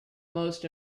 most